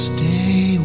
Stay